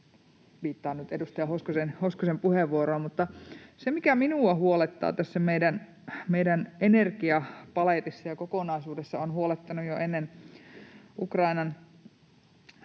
Viittaan nyt edustaja Hoskosen puheenvuoroon. Se, mikä minua huolettaa tässä meidän energiapaletissa ja kokonaisuudessa — on huolettanut jo ennen Venäjän